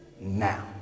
now